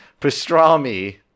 pastrami